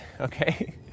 Okay